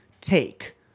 take